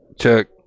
Check